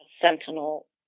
sentinel